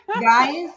Guys